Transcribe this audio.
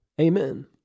Amen